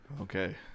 okay